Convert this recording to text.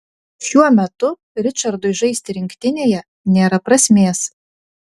šiuo metu ričardui žaisti rinktinėje nėra prasmės